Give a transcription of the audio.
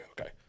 Okay